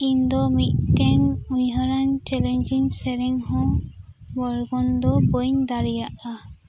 ᱤᱧ ᱫᱚ ᱢᱤᱫᱴᱮᱱ ᱩᱭᱦᱟᱹᱨᱟᱱ ᱪᱮᱞᱮᱧᱡᱤᱝ ᱥᱮᱨᱮᱧ ᱦᱚᱸ ᱵᱚᱨᱜᱚᱱ ᱫᱚ ᱵᱟᱹᱧ ᱫᱟᱲᱮᱭᱟᱜᱼᱟ